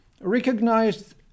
recognized